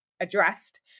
addressed